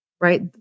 right